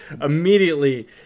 immediately